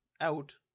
out